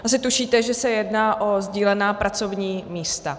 Asi tušíte, že se jedná o sdílená pracovní místa.